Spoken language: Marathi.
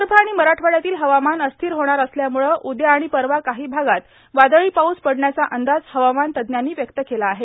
विदर्भ आणि महराठवाड्यातील हवामान अस्थिर होणार असल्याम्ळं उद्या आणि परवा काही भागात वादळी पाऊस पडण्याचा अंदाज हवामान तज्ज्ञांनी व्यक्त केला आहे